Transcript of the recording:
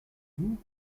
vous